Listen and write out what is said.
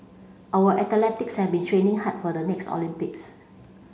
our athletics have been training hard for the next Olympics